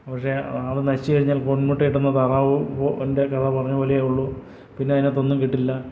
പക്ഷെ അത് നശിച്ചുകഴിഞ്ഞാൽ പൊൻമുട്ടയിടുന്ന താറാവും അതിൻ്റെ കഥ പറഞ്ഞപോലെയേ ആവുകയുള്ളൂ പിന്നെ അതിനകത്തൊന്നും കിട്ടില്ല